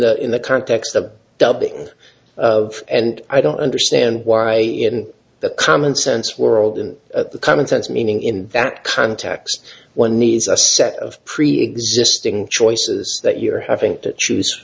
the in the context of dubbing of and i don't understand why in the common sense world in the common sense meaning in that context when need is a set of preexisting choices that you're having to choose